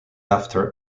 after